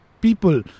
people